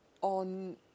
on